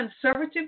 conservative